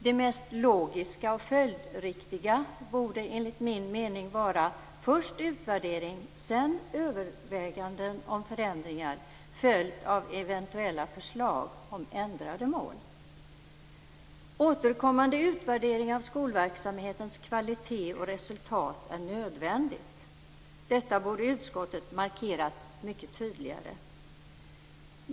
Det mest logiska och följdriktiga borde enligt min mening vara: först utvärdering, sedan överväganden om förändringar följt av eventuella förslag om ändrade mål. Återkommande utvärdering av skolverksamhetens kvalitet och resultat är nödvändig. Detta borde utskottet markerat mycket tydligare.